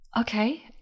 Okay